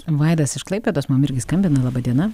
vaida iš klaipėdos mum irgi skambina laba diena